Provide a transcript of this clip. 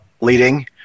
leading